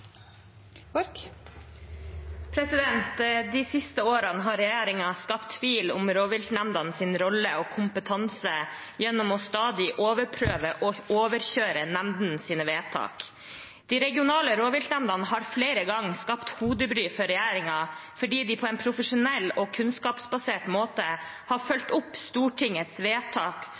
innskrenkast. De siste årene har regjeringen skapt tvil om rovviltnemndenes rolle og kompetanse gjennom stadig å overprøve og overkjøre nemndenes vedtak. De regionale rovviltnemndene har flere ganger skapt hodebry for regjeringen fordi de på en profesjonell og kunnskapsbasert måte har fulgt opp Stortingets vedtak